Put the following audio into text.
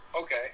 Okay